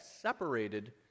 separated